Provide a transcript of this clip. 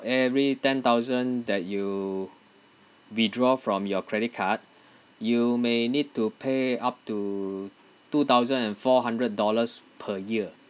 every ten thousand that you withdraw from your credit card you may need to pay up to two thousand and four hundred dollars per year